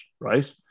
right